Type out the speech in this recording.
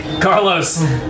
Carlos